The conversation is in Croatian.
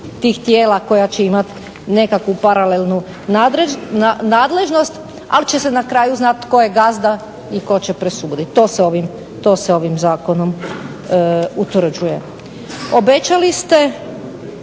tih tijela koja će imati nekakvu paralelnu nadležnost, ali će se na kraju znati tko je gazda i tko će presuditi. To se ovim zakonom utvrđuje.